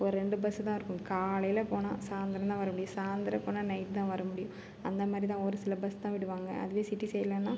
ஒரு ரெண்டு பஸ்ஸு தான் இருக்கும் காலையில் போனால் சாயந்தரம் தான் வரமுடியும் சாயந்தரம் போனால் நைட் தான் வரமுடியும் அந்தமாதிரி தான் ஒரு சில பஸ் தான் விடுவாங்க அதுவே சிட்டி சைடுலைனா